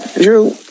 Drew